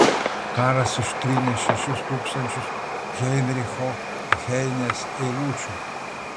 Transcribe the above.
karas ištrynė šešis tūkstančius heinricho heinės eilučių